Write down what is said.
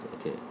Okay